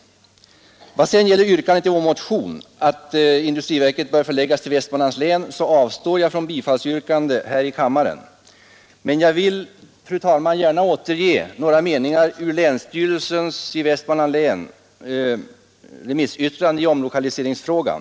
Vad sedan gäller hemställan i vår motion — att industriverket förläggs till Västmanlands län — avstår jag från bifallsyrkande här i kammaren. Men jag vill gärna återge vad länsstyrelsen i Västmanlands län anfört i sitt remissyttrande i omlokaliseringsfrågan.